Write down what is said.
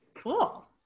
Cool